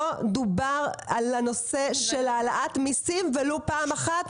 לא דובר על הנושא של העלאת מיסים ולו פעם אחת.